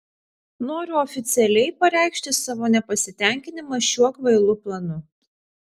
noriu oficialiai pareikšti savo nepasitenkinimą šiuo kvailu planu